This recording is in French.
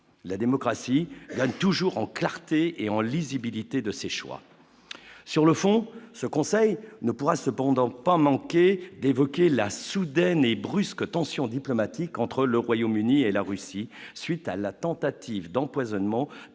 la démocratie gagne toujours en clarté et en lisibilité de ses choix sur le fond, ce conseil ne pourra cependant pas manqué d'évoquer la soudaine et brusque tension diplomatique entre le Royaume-Uni et la Russie suite à la tentative d'empoisonnement